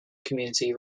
community